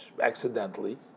accidentally